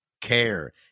care